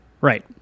Right